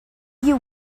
you